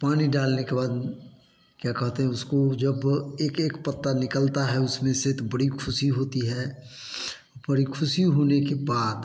पानी डालने के बाद क्या कहते है उसको जब एक एक पत्ता निकलता है उसमें से तो बड़ी खुशी होती है पूरे खुशी होने के बाद